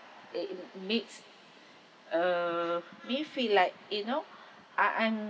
it makes uh me feel like you know I I'm